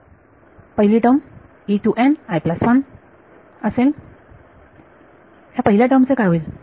पहिली टर्म असेल तर ह्या पहिल्या टर्म चे काय होईल